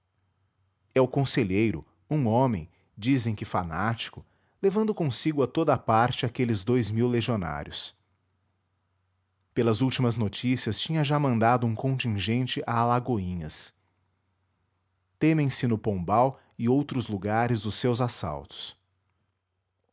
é o conselheiro um homem dizem que fanático levando consigo a toda a parte aqueles dous mil legionários pelas últimas notícias tinha já mandado um contingente a alagoinhas temem se no pombal e outros lugares os seus assaltos